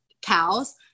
cows